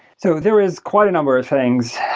so there is quite a number of things.